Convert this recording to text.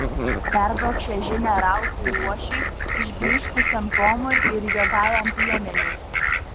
perduok šią žinią ralfui luošiui išblyškusiam tomui ir juodajam piemeniui